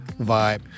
vibe